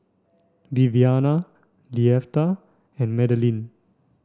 Viviana Leatha and Madilynn